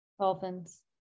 Dolphins